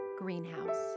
Greenhouse